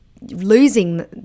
losing